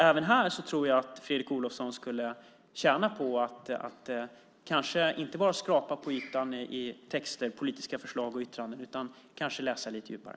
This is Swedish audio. Även här tror jag att Fredrik Olovsson skulle tjäna på att inte bara skrapa på ytan i texter, politiska förslag och yttranden utan kanske läsa lite djupare.